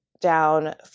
down